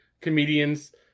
comedians